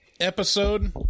Episode